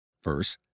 First